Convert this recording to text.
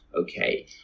Okay